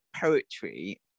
poetry